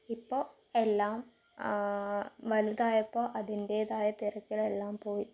ഇപ്പോൾ എല്ലാം വലുതായപ്പോൾ അതിൻ്റെതായ തിരക്കിലെല്ലാം പോയി